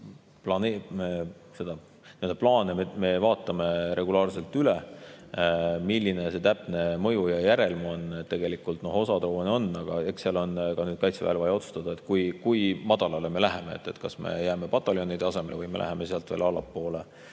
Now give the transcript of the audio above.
plaane me vaatame regulaarselt üle. Milline see täpne mõju ja järelm on? Tegelikult osa droone on, aga eks nüüd on Kaitseväel vaja otsustada, kui madalale me läheme – kas me jääme pataljoni tasemele või me läheme sealt veel allapoole